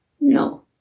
No